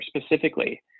specifically